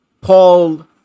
Paul